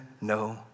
no